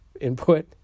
input